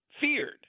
feared